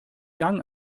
gang